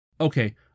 Okay